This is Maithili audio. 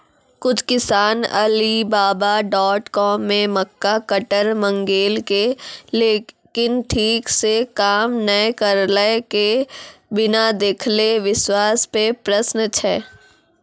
कुछ किसान अलीबाबा डॉट कॉम से मक्का कटर मंगेलके लेकिन ठीक से काम नेय करलके, बिना देखले विश्वास पे प्रश्न छै?